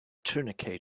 tourniquet